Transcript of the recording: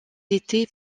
été